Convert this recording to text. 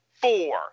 four